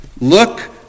Look